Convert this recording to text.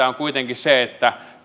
on kuitenkin se että